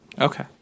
Okay